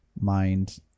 mind